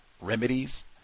remedies